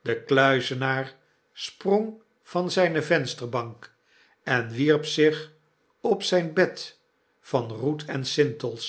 de kluizenaar sprong van zjjne vensterbank en wierp zich op zyn bed van roet en sintels